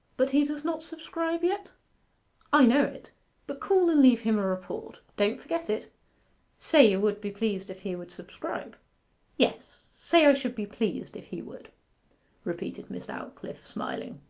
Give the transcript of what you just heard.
but he does not subscribe yet i know it but call and leave him a report. don't forget it say you would be pleased if he would subscribe yes say i should be pleased if he would repeated miss aldclyffe, smiling.